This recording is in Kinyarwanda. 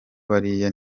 bariya